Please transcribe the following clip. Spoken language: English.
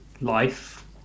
life